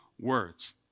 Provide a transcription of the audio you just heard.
words